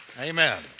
Amen